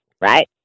right